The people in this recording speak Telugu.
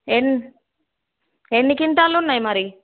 ఎన్ ఎన్ని క్వింటాలు ఉన్నాయి మరి